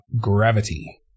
Gravity